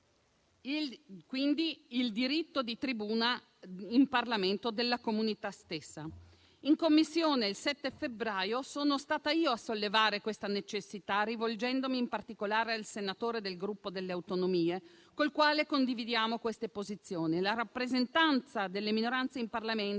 quindi, il diritto di tribuna in Parlamento della comunità stessa. In Commissione, il 7 febbraio sono stata io a sollevare questa necessità, rivolgendomi in particolare al senatore del Gruppo delle Autonomie, col quale condividiamo queste posizioni. La rappresentanza delle minoranze in Parlamento